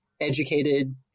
educated